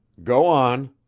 go on,